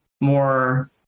more